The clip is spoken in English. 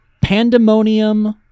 Pandemonium